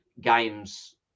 games